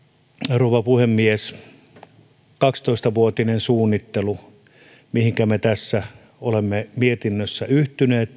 rouva puhemies kaksitoistavuotinen suunnittelu jonka suhteen parlamentaarisen työryhmän kantaan me tässä mietinnössä olemme yhtyneet